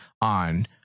on